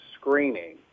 screening